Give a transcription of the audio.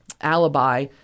alibi